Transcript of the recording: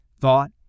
thought